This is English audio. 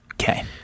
Okay